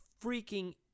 freaking